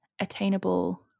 attainable